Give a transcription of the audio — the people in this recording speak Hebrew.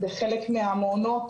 בחלק מהמעונות